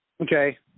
Okay